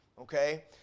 okay